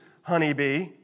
honeybee